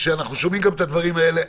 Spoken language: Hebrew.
כשאנחנו שומעים את הדברים האלה,